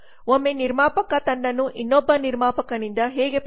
ಒಮ್ಮೆ ನಿರ್ಮಾಪಕ ತನ್ನನ್ನು ಇನ್ನೊಬ್ಬ ನಿರ್ಮಾಪಕನಿಂದ ಹೇಗೆ ಪ್ರತ್ಯೇಕಿಸಬಹುದು